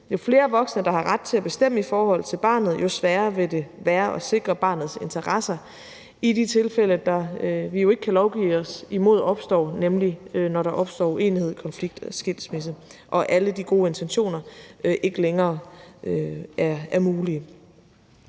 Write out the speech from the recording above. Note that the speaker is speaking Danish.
Jo flere voksne der har ret til at bestemme i forhold til barnet, jo sværere vil det være at sikre barnets interesser i de tilfælde, vi jo ikke kan lovgive os imod opstår, nemlig når der opstår uenighed, konflikt og skilsmisse, og når alle de gode intentioner ikke længere er mulige.